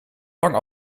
lang